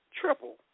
triple